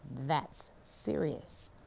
that's serious.